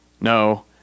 no